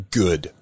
good